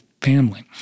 family